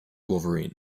wolverine